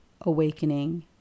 awakening